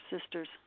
sisters